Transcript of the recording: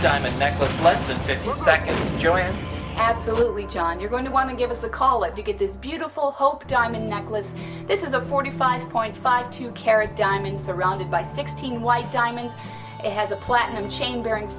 gillian absolutely john you're going to want to give us a call to get this beautiful hope diamond necklace this is a forty five point five two carat diamond surrounded by sixteen white diamonds it has a platinum chain bearing